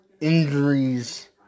injuries